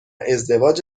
ازدواج